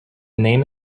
name